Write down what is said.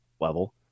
level